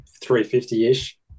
350-ish